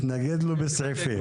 מתנגד לו בסעיפים.